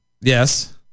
Yes